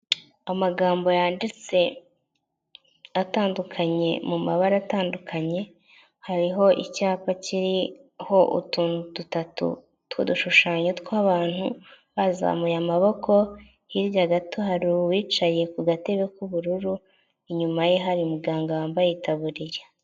Amagambo yanditse atandukanye mu mabara atandukanye hariho icyapa kiriho utuntu dutatu tw'udushushanyo tw'abantu bazamuye amaboko, hirya gato hari uwicaye ku gatebe k'ubururu, inyuma ye hari muganga wambaye itaburiya.